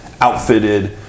outfitted